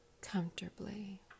comfortably